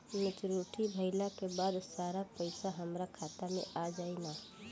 Maturity भईला के बाद सारा पईसा हमार खाता मे आ जाई न?